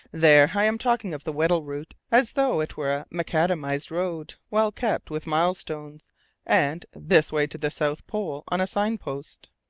there! i am talking of the weddell route as though it were a macadamized road, well kept, with mile-stones and this way to the south pole on a signpost!